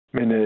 Men